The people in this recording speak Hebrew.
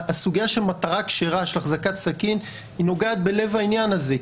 הסוגייה של מטרה כשרה של אחזקת סכין היא נוגעת בלב העניין הזה.